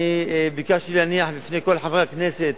אני ביקשתי להניח בפני כל חברי הכנסת